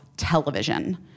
Television